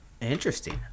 Interesting